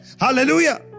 Hallelujah